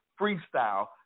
freestyle